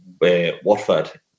Watford